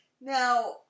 Now